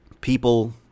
people